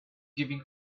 giving